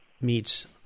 meets